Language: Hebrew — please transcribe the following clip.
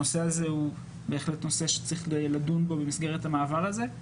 הנושא הזה הוא בהחלט נושא שצריך לדון בו במסגרת המעבר הזה.